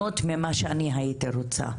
במיוחד כשאתם יודעים